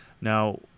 Now